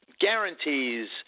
guarantees